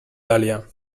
dahlia